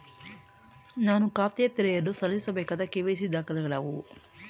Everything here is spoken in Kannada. ನಾನು ಖಾತೆ ತೆರೆಯಲು ಸಲ್ಲಿಸಬೇಕಾದ ಕೆ.ವೈ.ಸಿ ದಾಖಲೆಗಳಾವವು?